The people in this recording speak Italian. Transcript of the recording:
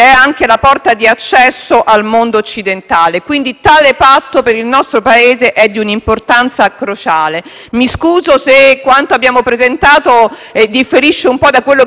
tale patto per il nostro Paese è di un'importanza cruciale. Mi scuso se quanto abbiamo presentato differisce un po' da quello che dico, ma lei converrà con me, signor Ministro, che si sono registrati molteplici